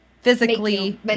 physically